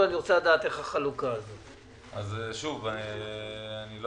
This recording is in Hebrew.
אבל קודם כל אני מבקש לדעת איך החלוקה הזאת?